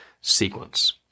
sequence